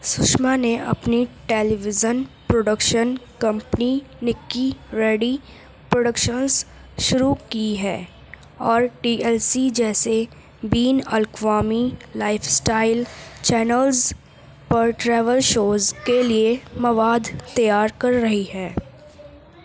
سشما نے اپنی television production company Nikki Reddy productions شروع کی ہے اور ٹی ایل سی جیسے بین الاقوامی لائف اسٹائل چینلز پر ٹریول شوز کے لیے مواد تیار کر رہی ہے